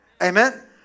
Amen